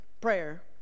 prayer